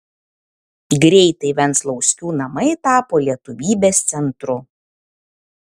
greitai venclauskių namai tapo lietuvybės centru